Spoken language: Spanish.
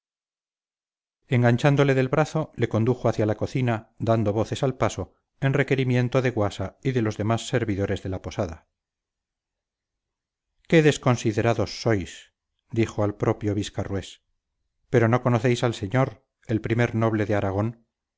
enganchándole del brazo le condujo hacia la cocina dando voces al paso en requerimiento de guasa y de los demás servidores de la posada qué desconsiderados sois dijo al propio viscarrués pero no conocéis al señor el primer noble de aragón